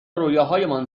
رویاهایمان